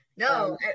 No